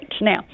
Now